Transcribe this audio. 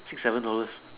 six seven dollars